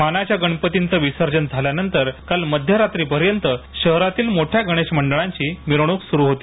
मानाच्या गणपतींचे विसर्जन झाल्यानंतर काल मध्यरात्रीपर्यंत शहरातील गणेश मोठ्या गणेश मंडळांची मिरवणूक सुरु होती